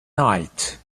night